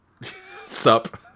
Sup